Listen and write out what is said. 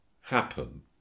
happen